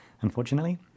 unfortunately